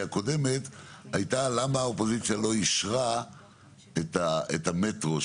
הקודמת הייתה למה האופוזיציה לא אישרה את המטרו,